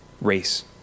race